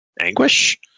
anguish